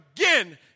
again